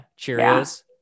Cheerios